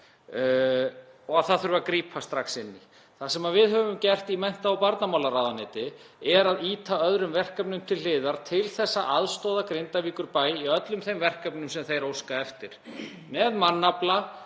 og að það þurfi að grípa strax inn í. Það sem við höfum gert í mennta- og barnamálaráðuneyti er að ýta öðrum verkefnum til hliðar til að aðstoða Grindavíkurbæ í öllum þeim verkefnum sem hann óskar eftir,